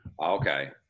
Okay